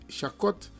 Chacot